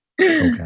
Okay